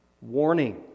warning